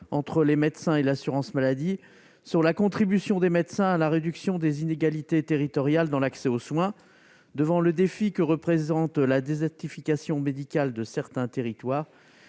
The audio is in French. entre les médecins et l'assurance maladie, sur la contribution des médecins à la réduction des inégalités territoriales dans l'accès aux soins. Devant le défi que représente la désertification médicale de certains territoires,